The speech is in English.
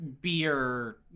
beer